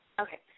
Okay